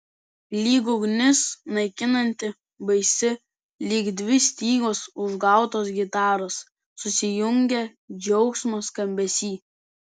lyg ugnis naikinanti baisi lyg dvi stygos užgautos gitaros susijungę džiaugsmo skambesy